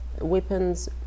weapons